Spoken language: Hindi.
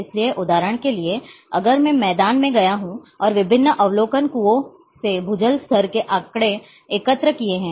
इसलिए उदाहरण के लिए अगर मैं मैदान में गया हूं और विभिन्न अवलोकन कुओं से भूजल स्तर के आंकड़े एकत्र किए हैं